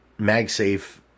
MagSafe